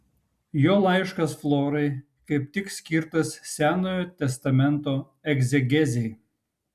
jo laiškas florai kaip tik skirtas senojo testamento egzegezei